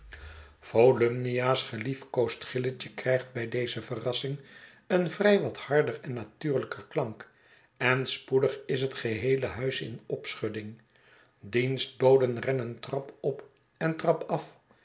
volumnia's geliefdkosd gilletje krijgt bij deze verrassing een vrij wat harder en natuurlijker klank en spoedig is het geheele huis in opschudding dienstboden rennen trap op en trap af